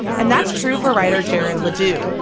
and that's true for rider jared ledoux,